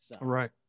Right